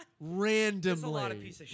Randomly